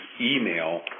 email